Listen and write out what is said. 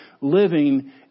living